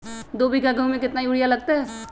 दो बीघा गेंहू में केतना यूरिया लगतै?